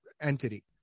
entity